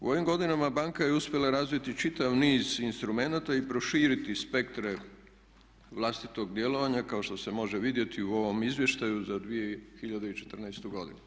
U ovim godinama banka je uspjela razviti čitav niz instrumenata i proširiti spektre vlastitog djelovanja kao što se može vidjeti i u ovom izvještaju za 2014. godinu.